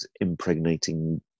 impregnating